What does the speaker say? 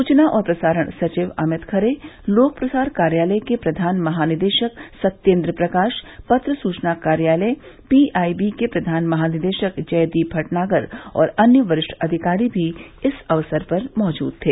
सूचना और प्रसारण सचिव अमित खरे लोक प्रसार कार्यालय के प्रधान महानिदेशक सत्येन्द्र प्रकाश पत्र सूचना कार्यालय पीआईबी के प्रधान महानिदेशक जयदीप भटनागर और अन्य वरिष्ठ अधिकारी भी इस अवसर पर मौजूद थे